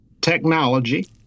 technology